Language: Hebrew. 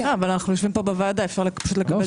לא, אבל אנחנו יושבים פה בוועדה, אפשר לקבל.